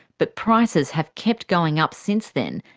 but prices have kept going up since then,